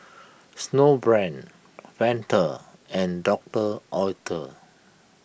Snowbrand Fanta and Doctor Oetker